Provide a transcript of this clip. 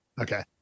Okay